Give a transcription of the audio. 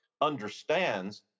understands